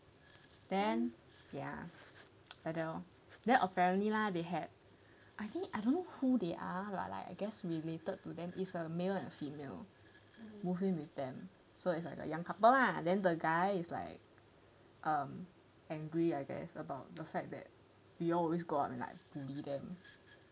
then ya like that lor then apparently lah they had I think I don't know who they are like I guess related to them is a male and a female moved in with them so it's like a young couple lah then the guy is like um angry I guess about the fact that we all always go up and like bully them